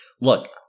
look